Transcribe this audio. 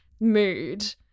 mood